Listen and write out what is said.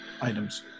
items